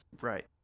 Right